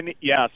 Yes